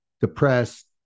depressed